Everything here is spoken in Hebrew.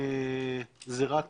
זה רק